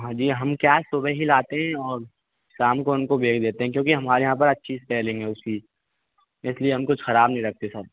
हाँ जी हम क्या सुबह ही लाते हैं और शाम को उनको बेच देते हैं क्योंकि हमारे यहाँ परअच्छी सेल्लिंग है उसकी इसलिए हम कुछ खराब नहीं रखते सर